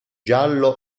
giallo